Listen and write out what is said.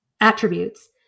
attributes